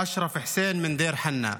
אשרף חוסיין מדיר חנא.